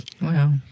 Wow